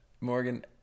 morgan